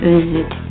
Visit